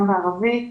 גם בערבית.